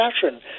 fashion